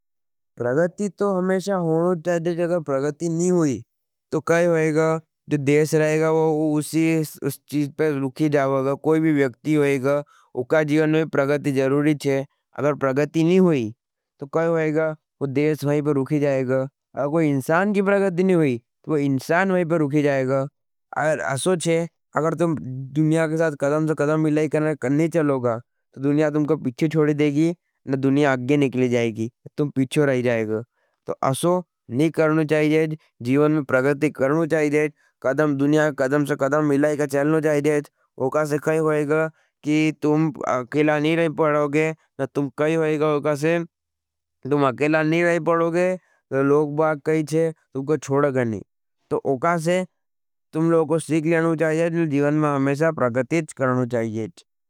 प्रगति तो हमेशा होनी जयोच। अगर प्रगति नी हुई तो क्या होयेगा। जो देश रहेगा वो उसी चीज पर रुकी जवेगा। कोई भी व्यक्ति होयेगा। ओ के साथ प्रगति जरूरी छे। अगर प्रगति नी हुई तो क्या होयेगा, वो देश वहाँ पर रुकी जाएगा। अगर कोई इंसान की प्रगति नहीं हुई, तो इंसान वहाँ पर रुकी जाएगा। अगर ऐसो छे तो दुनिया के साथ कदम से कदम मिलाके नहीं चलोगे। तो दुनिया तुमको पीछे छोड़ देगी। दुनिया आगे निकली जाएगी। तुम पीछे रह जावेगो। दुनिया के साथ क़दम से क़दम मिलायी जयोच। ओ का क्या सिखाएगा की तुम अकेला नहीं रह पाएगा। तुम अगर अकेला पड़ोगे, तो दुनिया तुमको छोड़ेगा नहीं। तो ओका से सीख लेना जायेच, कि जीवन में हमेशा प्रगति क्रणी जायेच।